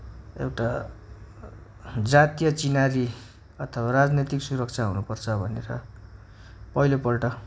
एउटा जातिय चिह्नारी अथवा राजनैतिक सुरक्षा हुनुपर्छ भनेर पहिलोपल्ट